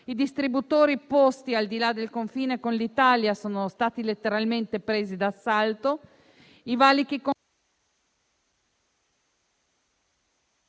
i distributori posti al di là del confine con l'Italia sono stati letteralmente presi d'assalto e i valichi hanno